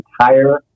entire